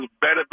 better